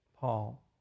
Paul